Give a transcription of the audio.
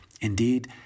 Indeed